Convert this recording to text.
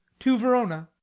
to verona.